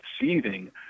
seething